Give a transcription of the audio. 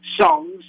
songs